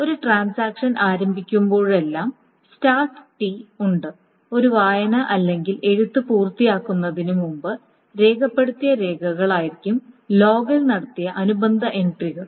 ഒരു ട്രാൻസാക്ഷൻ ആരംഭിക്കുമ്പോഴെല്ലാം start T ഉണ്ട് ഒരു വായന അല്ലെങ്കിൽ എഴുത്ത് പൂർത്തിയാക്കുന്നതിന് മുമ്പ് രേഖപ്പെടുത്തിയ രേഖകൾ ആയിരിക്കും ലോഗിൽ നടത്തിയ അനുബന്ധ എൻട്രികൾ